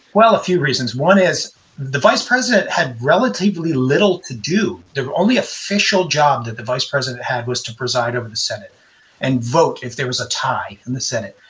well, a few reasons. one is the vice president had relatively little to do. the only official job that the vice president had was to preside over the senate and vote if there was a tie in the senate.